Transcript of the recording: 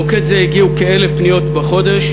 למוקד זה הגיעו כ-1,000 פניות בחודש,